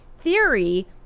theory